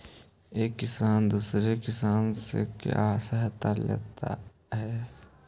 एक किसान दूसरे किसान से क्यों सहायता लेता है?